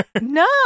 No